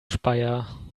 speyer